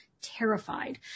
terrified